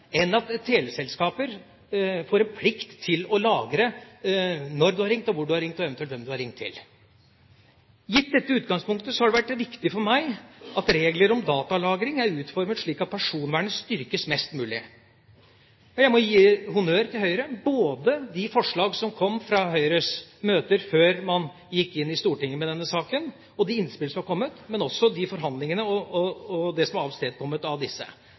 enn at teleselskaper får en plikt til å lagre når du har ringt, hvor du har ringt, og eventuelt hvem du har ringt til. Gitt dette utgangspunktet har det vært viktig for meg at regler om datalagring er utformet slik at personvernet styrkes mest mulig. Jeg må gi honnør til Høyre for de forslag som kom fra Høyres møter før man gikk inn i Stortinget med denne saken, og de innspill som er kommet, men også for de forhandlingene og det som er avstedkommet av disse.